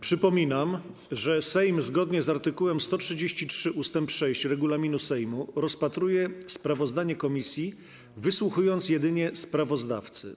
Przypominam, że Sejm, zgodnie z art. 133 ust. 6 regulaminu Sejmu, rozpatruje sprawozdanie komisji, wysłuchując jedynie sprawozdawcy.